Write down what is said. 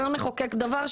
כדי שלא נחוקק דבר,